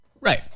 Right